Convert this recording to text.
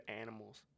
animals